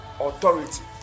authority